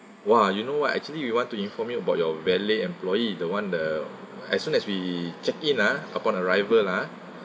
!wah! you know what actually we want to inform you about your valet employee the one the as soon as we check in ah upon arrival ah